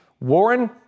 Warren